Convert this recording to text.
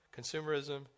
consumerism